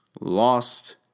lost